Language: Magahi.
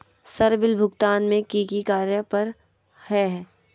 सर बिल भुगतान में की की कार्य पर हहै?